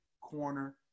corner